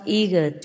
eager